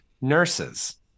nurses